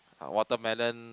watermelon